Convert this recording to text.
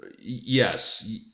yes